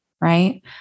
Right